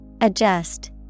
Adjust